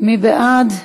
מי בעד?